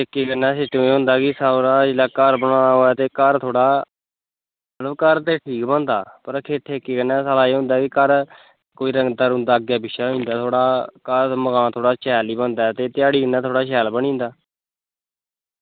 ठेके कन्नै सिस्टम एह् होंदा कि जिसलै घर बनाना होऐ ते घर थोआड़ा मतलब घर ते ठीक बन दा पर ठे ठेके कन्नै एह् सारा एह् होंदा कि घर कोई रंगता रूंगता अग्गे पिच्छै होई जंदा थोह्ड़ा घर दा मकान थोह्ड़ा शैल निं बन दा ऐ ते धैड़ी कन्नै थोआड़ा शैल बनिंदा